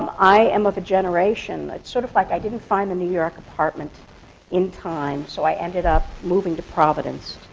um i am of a generation, it's sort of like i didn't find the new york apartment in time, so i ended up moving to providence.